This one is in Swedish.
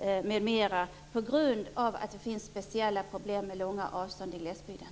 m.m. på grund av att det finns speciella problem med långa avstånd i glesbygden?